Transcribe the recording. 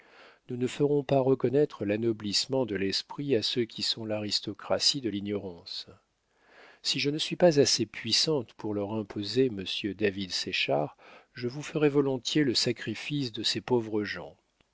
nous ne ferons pas reconnaître l'anoblissement de l'esprit à ceux qui sont l'aristocratie de l'ignorance si je ne suis pas assez puissante pour leur imposer monsieur david séchard je vous ferai volontiers le sacrifice de ces pauvres gens